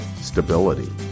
stability